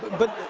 but.